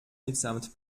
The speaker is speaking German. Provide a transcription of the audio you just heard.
mitsamt